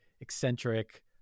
eccentric